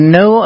no